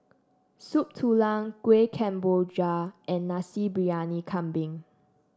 Soup Tulang Kueh Kemboja and Nasi Briyani Kambing